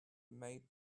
made